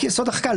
חוק-יסוד: החקיקה,